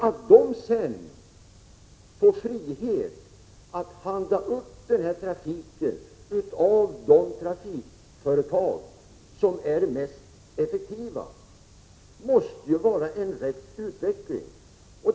Att de sedan får frihet att i upphandlingen välja de trafikföretag som är mest effektiva måste ju vara en riktig utveckling.